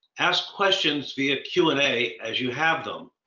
ask questions via q and a as you have them.